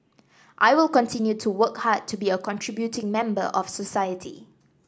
I will continue to work hard to be a contributing member of society